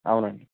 అవునండి